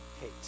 hate